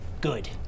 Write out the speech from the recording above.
Good